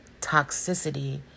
toxicity